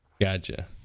gotcha